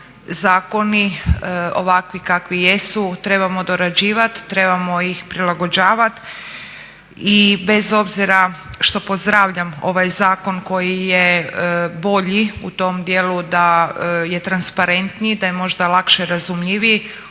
zakoni ovakvi kakvi jesu trebamo dorađivati, trebamo ih prilagođavati. I bez obzira što pozdravljam ovaj zakon koji je bolji u tom dijelu da je transparentniji da je možda lakše razumljiviji